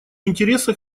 интересах